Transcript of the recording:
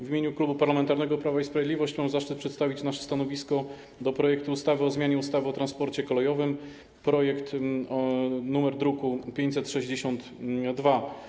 W imieniu Klubu Parlamentarnego Prawo i Sprawiedliwość mam zaszczyt przedstawić nasze stanowisko wobec projektu ustawy o zmianie ustawy o transporcie kolejowym, druk nr 562.